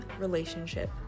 relationship